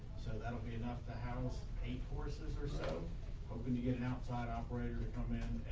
so that'll be enough to house eight horses or so hoping to get an outside operator. um and